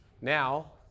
Now